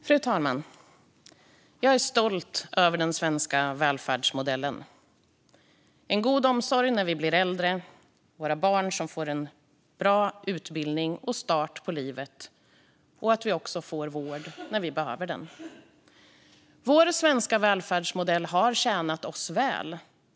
Fru talman! Jag är stolt över den svenska välfärdsmodellen: en god utbildning och start på livet för våra barn, vård när vi behöver den och en god omsorg när vi blir äldre. Vår svenska välfärdsmodell har tjänat oss väl.